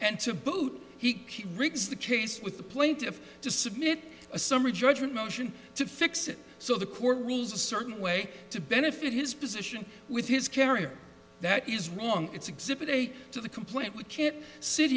and to boot he rigs the case with the plaintiff to submit a summary judgment motion to fix it so the court rules a certain way to benefit his position with his carrier that is wrong it's exhibit a to the complaint we can't sit